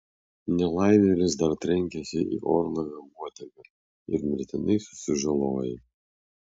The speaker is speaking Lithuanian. nelaimėlis dar trenkėsi į orlaivio uodegą ir mirtinai susižalojo